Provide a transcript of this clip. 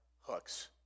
hooks